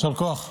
יישר כוח.